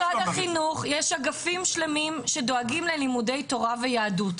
במשרד החינוך יש אגפים שלמים שדואגים ללימודי תורה ויהדות.